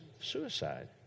suicide